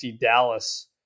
Dallas